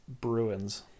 Bruins